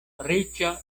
riĉa